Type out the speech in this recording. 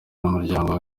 n’umuryango